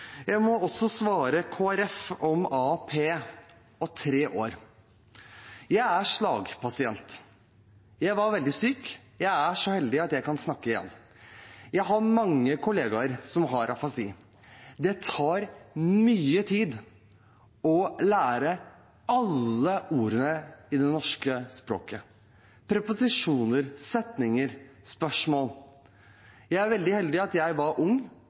Jeg må også svare Kristelig Folkeparti om AAP og tre år: Jeg er slagpasient. Jeg var veldig syk, men er så heldig at jeg kan snakke igjen. Jeg har mange kollegaer som har afasi. Det tar mye tid å lære alle ordene i det norske språket – preposisjoner, setninger, spørsmål. Jeg var veldig heldig ved at jeg var ung,